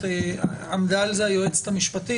עמדה על זה היועצת המשפטית,